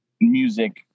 music